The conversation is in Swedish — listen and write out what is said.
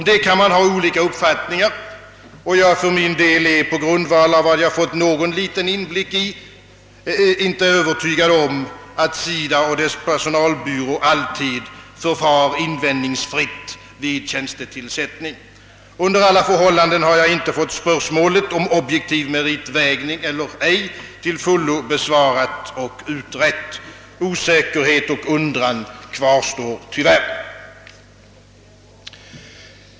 Därom kan man ha olika uppfattningar; jag är, på grundval av vad jag fått någon liten inblick i, inte övertygad om att SIDA och dess personalbyrå alltid förfar invändningsfritt vid tjänstetillsättning. Under alla förhållanden har jag inte fått spörsmålet om objektiv meritvägning eller ej till fullo besvarat och utrett. Osäkerhet och undran kvarstår tyvärr.